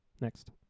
next